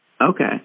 Okay